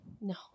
No